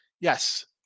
Yes